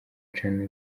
china